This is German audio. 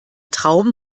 traum